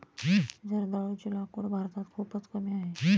जर्दाळूची लागवड भारतात खूपच कमी आहे